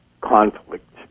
conflict